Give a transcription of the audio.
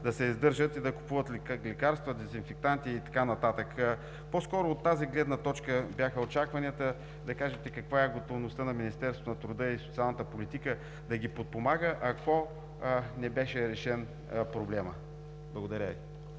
да се издържат и да купуват лекарства, дезинфектанти и така нататък. По-скоро от тази гледна точка бяха очакванията да кажете каква е готовността на Министерството на труда и социалната политика да ги подпомага, ако не беше решен проблемът. Благодаря Ви.